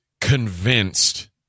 convinced